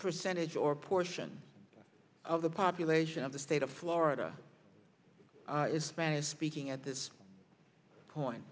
percentage or portion of the population of the state of florida is spanish speaking at this